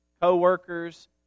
co-workers